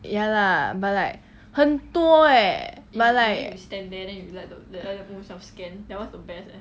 ya lah but like 很多 eh but like